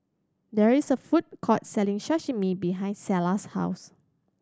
there is a food court selling Sashimi behind Selah's house